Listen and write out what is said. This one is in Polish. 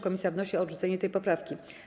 Komisja wnosi o odrzucenie tej poprawki.